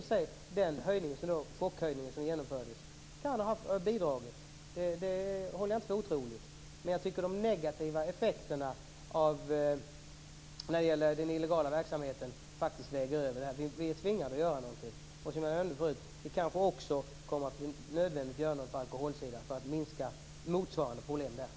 Sedan kan i och för sig den chockhöjning som genomfördes ha bidragit till detta. Det är inte otroligt. Men jag tycker att de negativa effekterna av den illegala verksamheten faktiskt väger över i detta sammanhang. Vi är tvungna att göra någonting. Och som jag nämnde tidigare kanske det också kommer att bli nödvändigt att göra något på alkoholsidan för att minska motsvarande problem där.